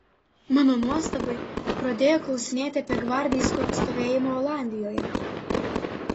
mano nuostabai pradėjo klausinėti apie gvardeisko stovėjimą olandijoje